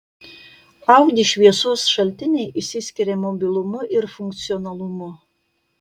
audi šviesos šaltiniai išsiskiria mobilumu ir funkcionalumu